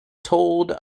told